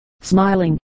smiling